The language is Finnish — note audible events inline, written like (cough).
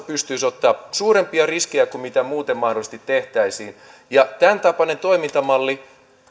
(unintelligible) pystyisi ottamaan suurempia riskejä kuin mitä muuten mahdollisesti tehtäisiin ja tämäntapainen toimintamalli